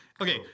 Okay